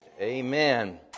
Amen